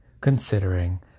considering